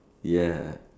ya